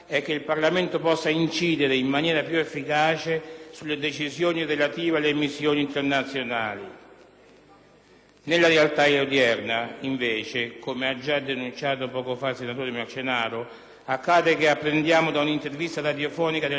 Nella realtà odierna, invece (come ha già denunciato il senatore Marcenaro), accade che apprendiamo da un'intervista radiofonica del ministro La Russa di un non meglio precisato aggravarsi della situazione in Afghanistan.